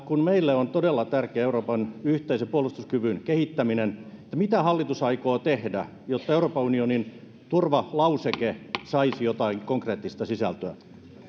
kun meille on todella tärkeää euroopan yhteisen puolustuskyvyn kehittäminen niin mitä hallitus aikoo tehdä jotta euroopan unionin turvalauseke saisi jotain konkreettista sisältöä